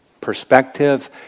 perspective